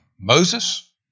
Moses